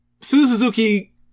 Suzuki